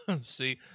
See